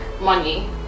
money